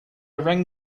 rang